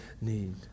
need